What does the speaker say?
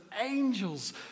angels